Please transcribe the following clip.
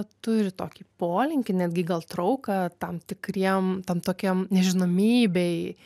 turi tokį polinkį netgi gal trauką tam tikriem tam tokiam nežinomybei